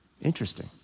interesting